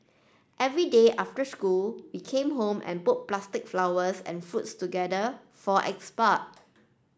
every day after school we came home and put plastic flowers and fruits together for export